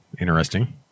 Interesting